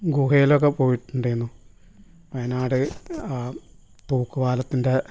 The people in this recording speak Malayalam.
ഗുഹെലൊക്കെ പോയിട്ടുണ്ടെന്നു വയനാട് തൂക്കു പാലത്തിൻ്റെ